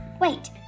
Wait